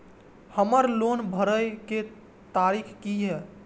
हमर लोन भरय के तारीख की ये?